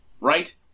right